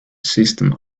system